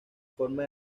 forma